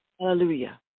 Hallelujah